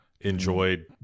enjoyed